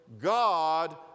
God